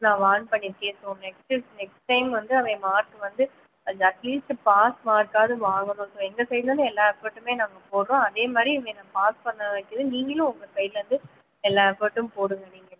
நான் வார்ன் பண்ணியிருக்கேன் so next next time வந்து அவன் மார்க் வந்து கொஞ்சம் அட்லீஸ்ட் பாஸ் மார்க்காவது வாங்கணுன்னு எங்கள் சைடுலேருந்து எல்லா எஃபோர்ட்டுமே நாங்கள் போடுகிறோம் அதே மாதிரி இவனை பாஸ் பண்ண வைக்க நீங்களும் உங்கள் சைடுலேருந்து எல்லா எஃபோர்ட்டும் போடுங்க நீங்கள்